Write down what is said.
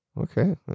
okay